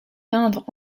peindre